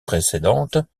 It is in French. précédentes